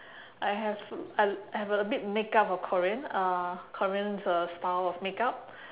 I have I I have a bit makeup of korean uh korean's uh style of makeup